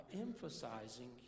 emphasizing